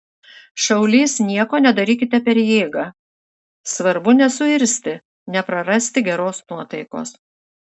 šaulys nieko nedarykite per jėgą svarbu nesuirzti neprarasti geros nuotaikos